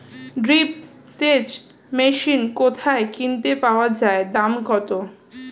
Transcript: Drip সেচ machine কোথায় কিনতে পাওয়া যায় দাম কত?